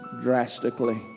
drastically